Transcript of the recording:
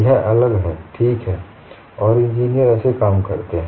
यह अलग है ठीक है और इंजीनियर ऐसे काम करते हैं